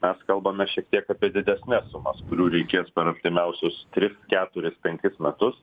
mes kalbame šiek tiek apie didesnes sumas kurių reikės per artimiausius tris keturis penkis metus